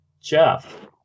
Jeff